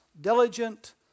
diligent